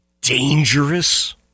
dangerous